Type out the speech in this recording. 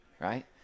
Right